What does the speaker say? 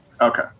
Okay